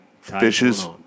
fishes